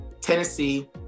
Tennessee